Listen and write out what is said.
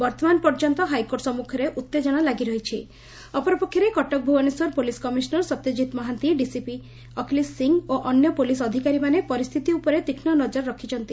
ବର୍ଉମାନ ପର୍ଯ୍ୟନ୍ତ ହାଇକୋର୍ଟ ସନ୍ମଖରେ ଉତ୍ତେଜନା ଲାଗିରହିଛି ଅପରପକ୍ଷରେ Cuttack Bhubaneswar police commissioner Satyajit Mohanty DCP Akhilesh Singh ଓ ଅନ୍ୟ ପୋଲିସ୍ ଅଧିକାରୀମାନେ ପରିସ୍ଥିତି ଉପରେ ତୀକ୍ଷ୍ଣ ନଜର ରଖିଛନ୍ତି